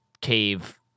cave